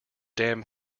dam